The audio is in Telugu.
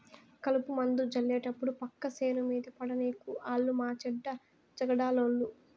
కలుపుమందు జళ్లేటప్పుడు పక్క సేను మీద పడనీకు ఆలు మాచెడ్డ జగడాలోళ్ళు